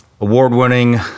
award-winning